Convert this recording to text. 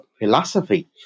philosophy